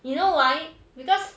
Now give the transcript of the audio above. you know why because